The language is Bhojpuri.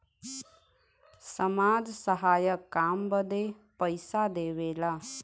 समाज सहायक काम बदे पइसा देवेला